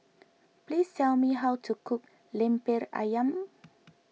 please tell me how to cook Lemper Ayam